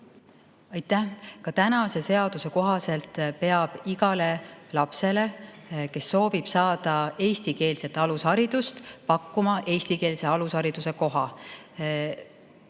Aitäh! Ka praeguse seaduse kohaselt peab igale lapsele, kes soovib saada eestikeelset alusharidust, pakkuma eestikeelse alushariduse